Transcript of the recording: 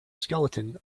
skeleton